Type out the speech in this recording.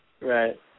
Right